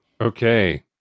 Okay